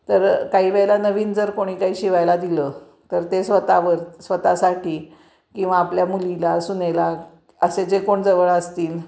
तर काही वेळेला नवीन जर कोणी काही शिवायला दिलं तर ते स्वतःवर स्वतःसाठी किंवा आपल्या मुलीला सुनेला असे जे कोण जवळ असतील